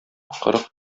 кырык